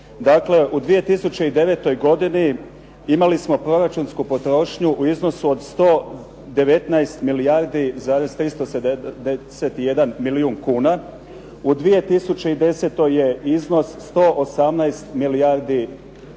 Dakle, u 2009. godini imali smo proračunsku potrošnju u iznosu od 119 milijardi 371 milijun kuna, u 2010. je iznos 118 milijardi kuna,